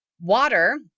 Water